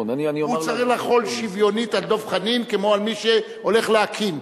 הוא צריך לחול שוויונית על דב חנין כמו על מי שהולך להקים,